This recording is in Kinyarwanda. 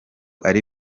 ari